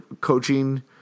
coaching